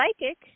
psychic